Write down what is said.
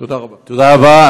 תודה רבה.